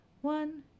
One